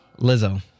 Lizzo